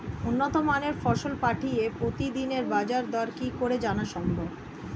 উন্নত মানের ফসল পাঠিয়ে প্রতিদিনের বাজার দর কি করে জানা সম্ভব?